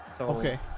Okay